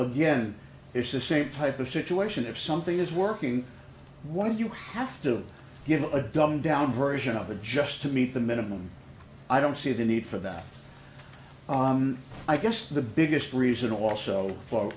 again it's the same type of situation if something is working why do you have to get a dumbed down version of a just to meet the minimum i don't see the need for that i guess the biggest reason also for